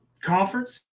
conference